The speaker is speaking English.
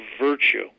virtue